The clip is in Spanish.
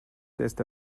esta